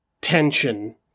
tension